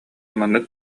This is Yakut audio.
маннык